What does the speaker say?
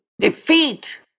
defeat